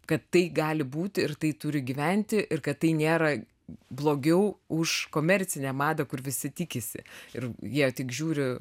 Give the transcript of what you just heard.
kad tai gali būti ir tai turi gyventi ir kad tai nėra blogiau už komercinę madą kur visi tikisi ir jie tik žiūri